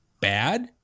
bad